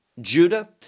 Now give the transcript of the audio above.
judah